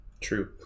True